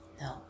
No